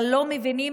אבל לא מבינים